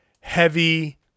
heavy